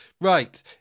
Right